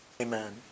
Amen